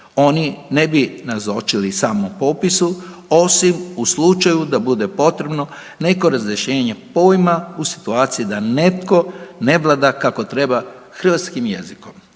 Oni ne bi nazočili samom popisu osim u slučaju da bude potrebno neko razrješenje pojma u situaciji da netko ne vlada kako treba hrvatskim jezikom.